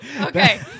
Okay